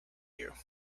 you